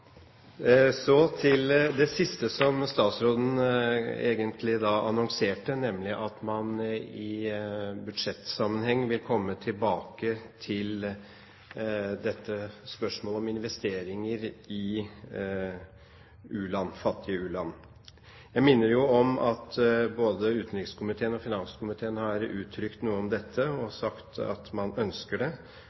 Så til det siste som statsråden egentlig annonserte, nemlig at man i budsjettsammenheng vil komme tilbake til dette spørsmålet om investeringer i fattige u-land. Jeg minner om at både utenrikskomiteen og finanskomiteen har uttrykt noe om dette, har sagt at man ønsker det,